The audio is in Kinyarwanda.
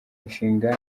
ishinga